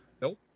Nope